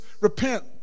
repent